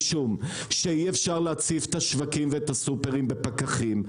משום שאי אפשר להציף את השווקים ואת הסופרים בפקחים.